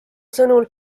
sõnul